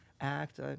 act